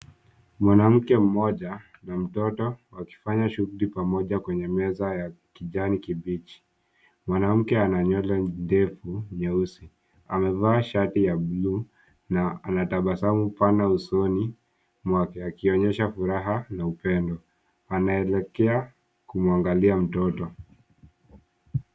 Mwanamke mmoja na mtoto wakifanya shuguli pamoja kwenye meza ya kijani kibichi. Mwanamke ana nywele ndefu nyeusi, amevaa shati ya buluu na ana tabasamu pana usoni mwake akionyesha furaha na upendo. Anaelekea kumwangalia mtoto.